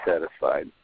satisfied